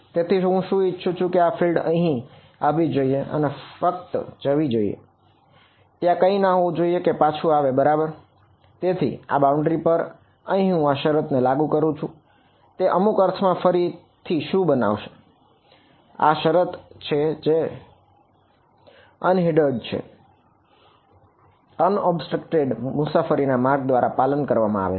તેથી હું શું ઇચ્છુ છું કે આ ફિલ્ડ મુસાફરીના માર્ગ દ્વારા પાલન કરવામાં આવે છે